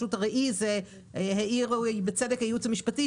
העיר בצדק הייעוץ המשפטי,